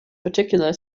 particularly